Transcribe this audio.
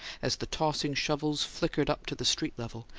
as the tossing shovels flickered up to the street level,